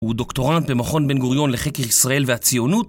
הוא דוקטורנט במכון בן גוריון לחקר ישראל והציונות